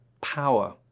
power